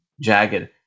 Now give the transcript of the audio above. jagged